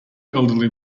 elderly